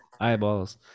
eyeballs